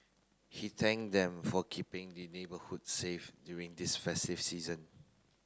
he thanked them for keeping the neighbourhood safe during this festive season